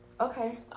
okay